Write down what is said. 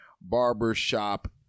Barbershop